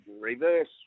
reverse